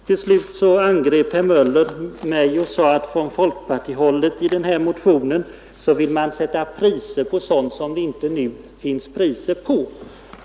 Till slut angrep herr Engström mig och sade att man i denna motion från folkpartihåll vill sätta priser på sådant som det inte finns priser på.